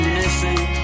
missing